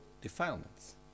defilements